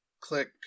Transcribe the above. click